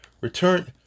Return